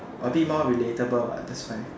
a bit more relatable what that's why